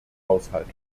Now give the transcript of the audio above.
haushalt